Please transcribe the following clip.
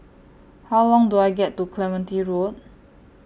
How Long Do I get to Clementi Road